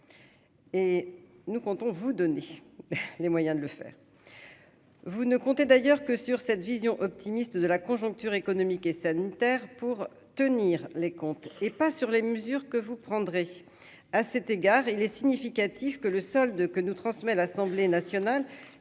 et nous comptons vous donner les moyens de le faire, vous ne comptait d'ailleurs que sur cette vision optimiste de la conjoncture économique et sanitaire pour tenir les comptes et pas sur les mesures que vous prendrez à cet égard, il est significatif que le solde que nous transmet l'Assemblée nationale